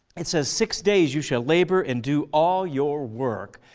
it says six days you shall labor and do all your work,